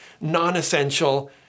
non-essential